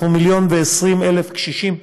אנחנו 1.2 מיליון קשישים,